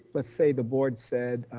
let's say the board said